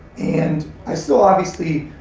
and i so obviously,